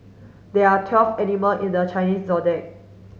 there are twelve animal in the Chinese Zodiac